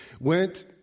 went